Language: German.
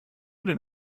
den